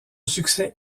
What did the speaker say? succès